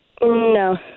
No